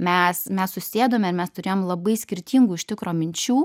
mes mes susėdome ir mes turėjom labai skirtingų iš tikro minčių